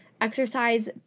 exercise